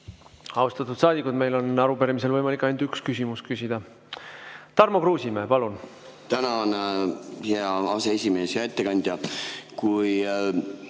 Austatud saadikud, meil on arupärimisel võimalik ainult üks küsimus küsida. Tarmo Kruusimäe, palun!